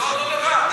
זה לא אותו דבר.